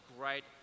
great